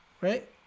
right